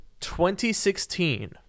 2016